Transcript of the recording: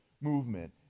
movement